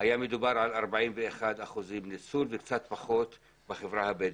היה מדובר על 41 אחוזי ניצול וקצת פחות בחברה הבדואית.